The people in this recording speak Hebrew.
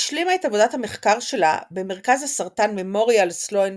השלימה את עבודת המחקר שלה במרכז הסרטן ממוריאל סלואן